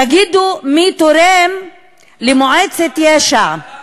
תגידו מי תורם למועצת יש"ע.